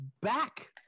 back